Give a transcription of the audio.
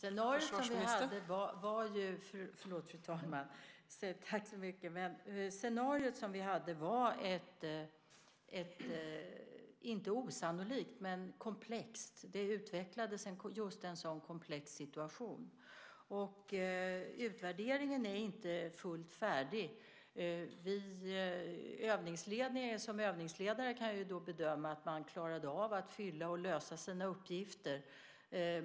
Fru talman! Det scenario som vi hade var inte osannolikt, men komplext. Det utvecklades en komplex situation. Utvärderingen är inte fullt färdig. Som övningsledare kan jag bedöma att man klarade av att fylla och lösa sina uppgifter.